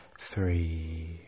three